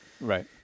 right